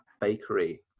Bakery